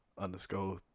underscore